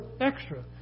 extra